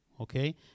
okay